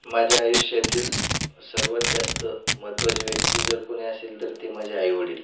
माझ्या आयुष्यातील सर्वात जास्त महत्त्वाचे व्यक्ती जर कोणी असेल तर ते माझे आईवडील